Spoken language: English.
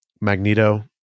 magneto